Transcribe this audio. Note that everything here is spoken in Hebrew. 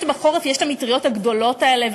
בחורף יש המטריות הגדולות האלה,